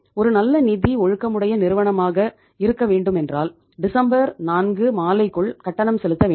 ஒரு நல்ல நிதி ஒழுக்கமுடைய நிறுவனமாக இருக்க வேண்டுமென்றால் டிசம்பர் 4 மாலைக்குள் கட்டணம் செலுத்த வேண்டும்